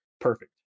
perfect